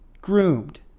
Groomed